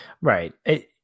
Right